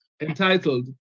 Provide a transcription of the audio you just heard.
entitled